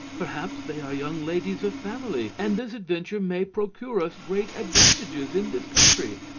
perhaps they are young ladies of family and this adventure may procure us great advantages in this country.